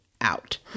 out